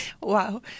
Wow